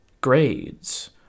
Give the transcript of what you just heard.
grades